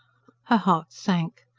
her heart sank.